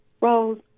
Rose